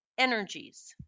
Energies